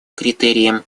критериям